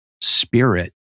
spirit